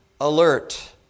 alert